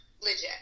Legit